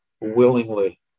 willingly